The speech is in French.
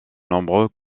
nombreux